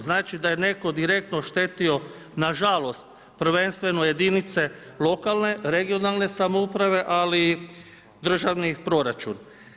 Znači da je direktno oštetio nažalost prvenstveno jedinice lokalne, regionalne samouprave, ali i državni proračun.